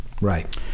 Right